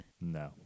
No